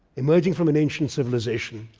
emerging from an ancient civilization,